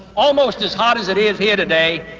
almost as hot as it is here today.